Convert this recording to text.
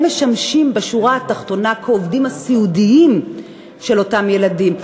הם משמשים בשורה התחתונה כעובדים הסיעודיים של אותם ילדים,